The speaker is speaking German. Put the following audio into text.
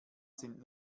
sind